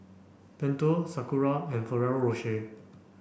Pentel Sakura and Ferrero Rocher